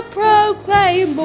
proclaim